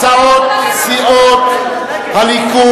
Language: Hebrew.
הצעת סיעות הליכוד,